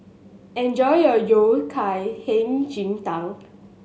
enjoy your Yao Cai Hei Ji Tang